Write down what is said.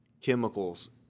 chemicals